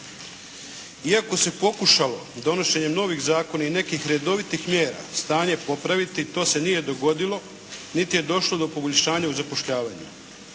Iako se pokušalo donošenjem novih zakona i nekih redovitih mjera stanje popraviti, to se nije dogodilo, niti je došlo do poboljšanja u zapošljavanju.